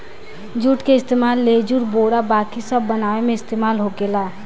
जुट के इस्तेमाल लेजुर, बोरा बाकी सब बनावे मे इस्तेमाल होखेला